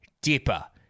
Dipper